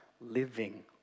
living